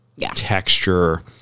texture